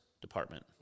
department